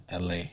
LA